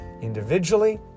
individually